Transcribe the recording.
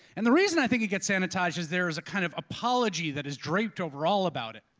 and the reason i think it gets sanitized is there is a kind of apology that is draped over all about it.